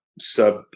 sub